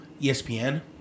ESPN